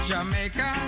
Jamaica